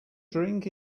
drink